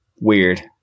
weird